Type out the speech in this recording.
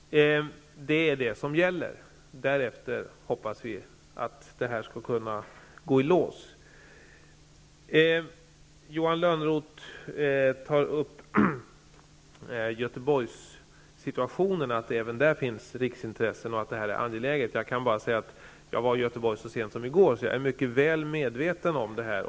Det är vad som gäller. Därefter hoppas vi att detta skall kunna gå i lås. Johan Lönnroth tar upp Göteborgssituationen, att det även där finns riksintressen och att detta är angeläget. Jag var i Göteborg så sent som i går. Jag är mycket väl medveten om detta.